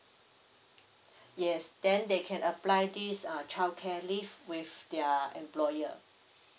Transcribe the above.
yes then they can apply this uh childcare leave with their employer